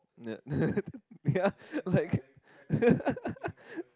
yeah yeah like